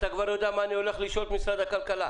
אתה כבר יודע מה אני הולך לשאול את משרד הכלכלה?